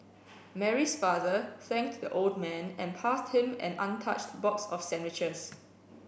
Mary's father thanked the old man and passed him an untouched box of sandwiches